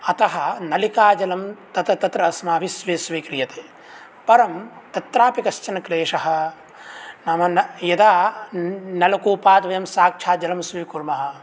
अतः नलिकाजलं तत् तत्र अस्माभिः स्वी स्वीक्रियते परं तत्रापि कश्चन क्लेशः नाम यदा न नलकूपात् वयं साक्षात् जलं स्वीकुर्मः